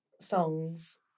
songs